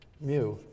mu